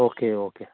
okay okay